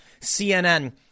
CNN